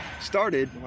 started